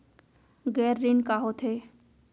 गैर ऋण का होथे?